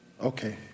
okay